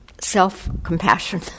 self-compassion